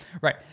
right